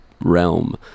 realm